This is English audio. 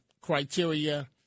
criteria